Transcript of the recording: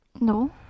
No